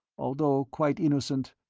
although quite innocent,